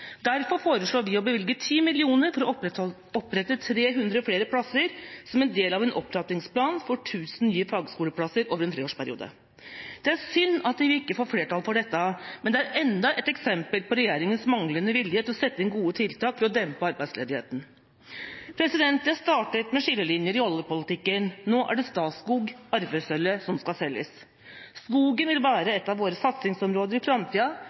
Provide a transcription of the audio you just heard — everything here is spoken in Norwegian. Derfor foreslår vi å bevilge 10 mill. kr for å opprette 300 flere plasser som en del av en opptrappingsplan for 1 000 nye fagskoleplasser over en treårsperiode. Det er synd at vi ikke får flertall for dette, men det er enda et eksempel på regjeringas manglende vilje til å sette inn gode tiltak for å dempe arbeidsledigheten. Jeg startet med skillelinjer i oljepolitikken. Nå er det Statskog – arvesølvet – som skal selges. Skogen vil være et av våre satsingsområder i framtida,